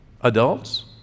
Adults